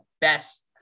best